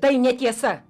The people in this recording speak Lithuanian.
tai netiesa